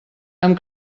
amb